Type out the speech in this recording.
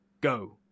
Go